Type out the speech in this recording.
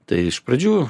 tai iš pradžių